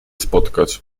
spotkać